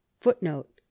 Footnote